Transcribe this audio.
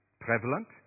prevalent